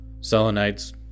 selenite's